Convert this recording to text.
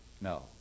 No